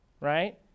right